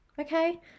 Okay